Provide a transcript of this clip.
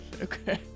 Okay